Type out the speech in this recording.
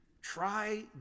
try